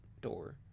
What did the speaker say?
door